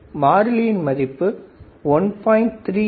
மாறிலியின் மதிப்பு 1